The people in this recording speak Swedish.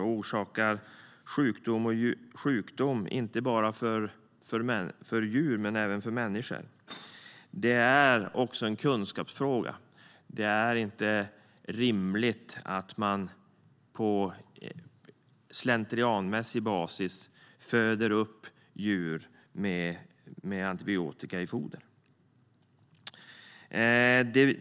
Det orsakar sjukdom, inte bara hos djur utan även hos människor. Det är också en kunskapsfråga. Det är inte rimligt att slentrianmässigt föda upp djur med antibiotika i foder.